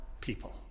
people